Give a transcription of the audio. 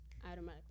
automatically